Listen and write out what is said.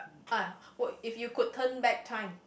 ah would if you could turn back time